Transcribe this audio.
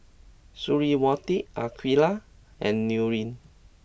Suriawati Aqeelah and Nurin